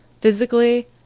physically